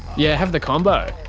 yeah, have the combo.